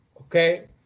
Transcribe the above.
Okay